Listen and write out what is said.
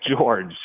George